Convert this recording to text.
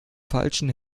falschen